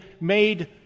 made